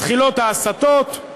מתחילים ההסתות,